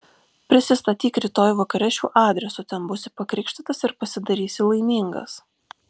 prisistatyk rytoj vakare šiuo adresu ten būsi pakrikštytas ir pasidarysi laimingas